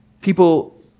people